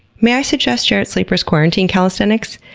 may i suggest jarrett sleeper's quarantine calisthenics?